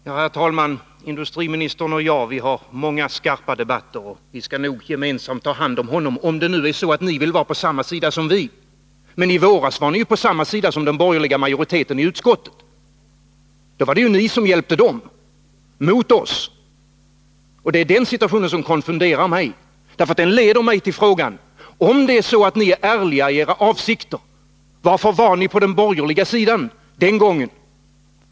Herr talman! Industriministern och jag har haft många skarpa debatter, och vi skall nog gemensamt kunna ta hand om honom, om ni vill vara på samma sida som vi. Men i våras var ni på samma sida som den borgerliga majoriteten i utskottet. Då var det ni som hjälpte dem mot oss. Det är den situationen som konfunderar mig. Den leder mig till frågan: Om era avsikter är ärliga, varför var ni då på den borgerliga sidan den gången?